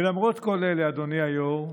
למרות כל אלה, אדוני היו"ר,